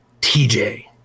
TJ